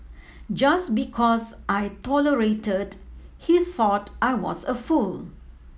just because I tolerated he thought I was a fool